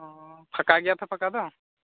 ᱚᱻ ᱯᱷᱟᱠᱟ ᱜᱮᱭᱟ ᱛᱚ ᱯᱷᱟᱠᱟ ᱫᱚ